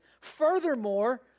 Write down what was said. Furthermore